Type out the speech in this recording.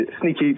sneaky